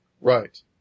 Right